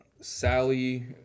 sally